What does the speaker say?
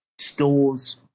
stores